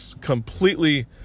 completely